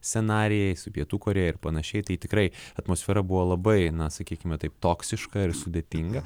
scenarijai su pietų korėja ir panašiai tai tikrai atmosfera buvo labai na sakykime taip toksiška ir sudėtinga